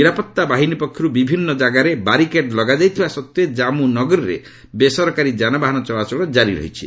ନିରାପତ୍ତା ବାହିନୀ ପକ୍ଷର୍ ବିଭିନ୍ନ ଜାଗାରେ ବାରିକେଡ ଲଗାଯାଇଥିବା ସତ୍ତ୍ୱେ କାଞ୍ଗୁ ନଗରୀରେ ବେସରକାରୀ ଯାନବାହନ ଚଳାଚଳ ଜାରି ରହିଛି